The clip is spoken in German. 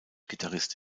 gitarrist